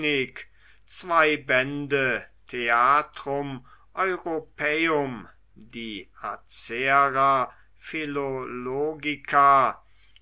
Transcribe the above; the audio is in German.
zwei bände theatrum europaeum die acerra